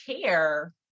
care